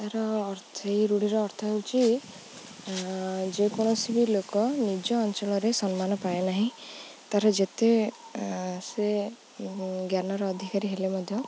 ତା'ର ସେଇ ରୂଢ଼ିର ଅର୍ଥ ହେଉଛି ଯେକୌଣସି ବି ଲୋକ ନିଜ ଅଞ୍ଚଳରେ ସମ୍ମାନ ପାଏ ନାହିଁ ତା'ର ଯେତେ ସେ ଜ୍ଞାନର ଅଧିକାରୀ ହେଲେ ମଧ୍ୟ